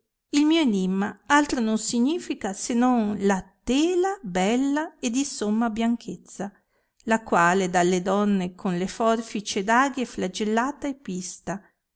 il mio enimma altro non significa se non la tela bella e di somma bianchezza la quale dalle donne con le forfice ed aghi è flagellata e pista